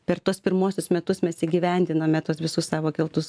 per tuos pirmuosius metus mes įgyvendinome tuos visus savo keltus